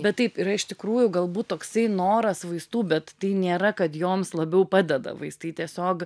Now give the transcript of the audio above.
bet taip yra iš tikrųjų galbūt toksai noras vaistų bet tai nėra kad joms labiau padeda vaistai tiesiog